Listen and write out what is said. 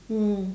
mm